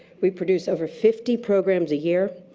we produce over fifty programs a year.